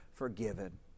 Forgiven